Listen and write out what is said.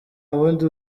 wundi